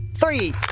Three